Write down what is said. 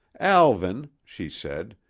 alvan, she said,